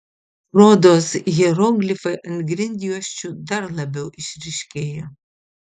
rodos hieroglifai ant grindjuosčių dar labiau išryškėjo